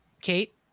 Kate